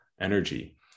energy